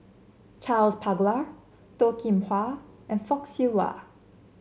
Charles Paglar Toh Kim Hwa and Fock Siew Wah